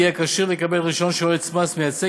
יחיד יהיה כשיר לקבל רישיון של יועץ מס מייצג,